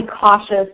cautious